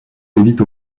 évitent